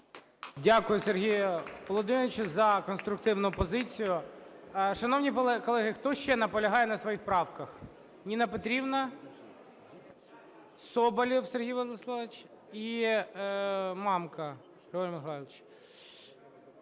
Дякую, Сергію Володимировичу, за конструктивну позицію. Шановні колеги, хто ще наполягає на своїх правках? Ніна Петрівна, Соболєв Сергій Владиславович і Мамка Григорій Михайлович.